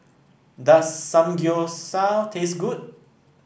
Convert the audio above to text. does Samgyeopsal taste good